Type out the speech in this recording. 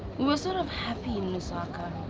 we were sort of happy in lusaka.